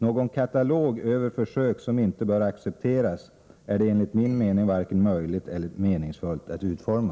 Någon katalog över försök som inte bör accepteras är det enligt min mening varken möjligt eller meningsfullt att utforma.